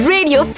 Radio